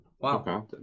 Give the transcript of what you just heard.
Wow